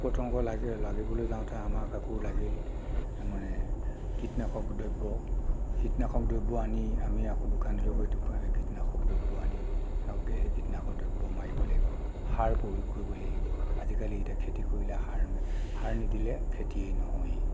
পোক পতংগ লাগি লাগিবলৈ যাওঁতে আমাক আকৌ লাগিল মানে কীটনাশক দ্ৰব্য কীটনাশক দ্ৰব্য আনি আমি আকৌ দোকানলৈ গৈ কীটনাশক দ্ৰব্য আনি ভালকৈ সেই কীটনাশক দ্ৰব্য মাৰিব লাগিব সাৰ প্ৰয়োগ কৰিব লাগিব আজিকালি এতিয়া খেতি কৰিলে সাৰ সাৰ নিদিলে খেতিয়ে নহয়েই